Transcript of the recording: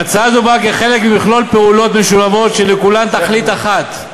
ההצעה הזאת באה כחלק ממכלול פעולות משולבות שלכולן תכלית אחת,